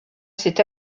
cet